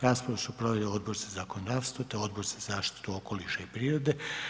Raspravu su proveli Odbor za zakonodavstvo te Odbor za zaštitu okoliša i prirode.